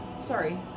Sorry